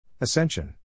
Ascension